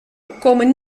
komen